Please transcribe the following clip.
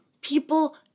People